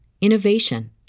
innovation